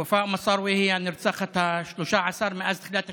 ופא מסארווה היא הנרצחת ה-13 מאז תחילת השנה,